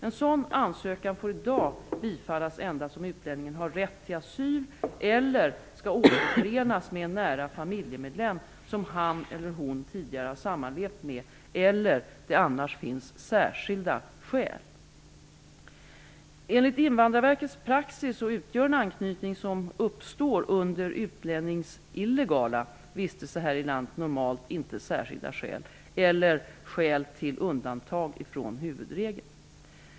En sådan ansökan får i dag bifallas endast om utlänningen har rätt till asyl eller skall återförenas med en nära familjemedlem som han/hon tidigare sammanlevt med eller det annars finns ''särskilda skäl''. Enligt Invandrarverkets praxis utgör en anknytning som uppstår under utlännings illegala vistelse här i landet normalt inte ''särskilda skäl'' eller skäl till undantag från huvudregeln.